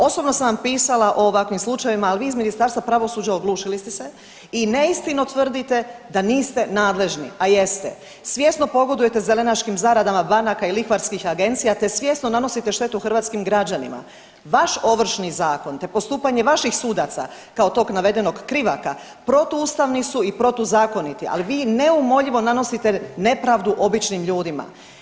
Osobno sam vam pisala o ovakvim slučajevima, ali vi iz Ministarstva pravosuđa oglušili ste se i neistinu tvrdite da niste nadležni, a jeste, svjesno pogodujete zelenaškim zaradama banaka i lihvarskih agencija, te svjesno nanosite štetu hrvatskim građanima, vaš Ovršni zakon, te postupanje vaših sudaca kao tog navedenog Krivaka protuustavni su i protuzakoniti, ali vi neumoljivo nanosite nepravdu običnim ljudima.